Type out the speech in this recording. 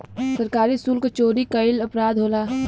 सरकारी सुल्क चोरी कईल अपराध होला